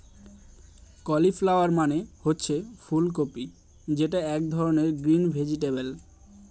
cauliflower মানে হচ্ছে ফুল কপি যেটা এক ধরনের গ্রিন ভেজিটেবল